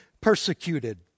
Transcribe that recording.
persecuted